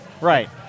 Right